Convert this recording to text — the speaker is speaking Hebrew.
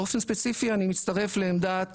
באופן ספציפי אני מצטרף לעמדת